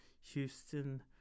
Houston